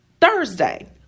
Thursday